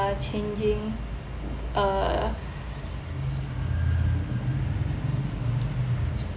uh changing uh